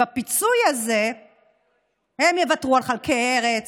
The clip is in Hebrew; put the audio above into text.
בפיצוי הזה הם יוותרו על חלקי ארץ,